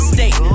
State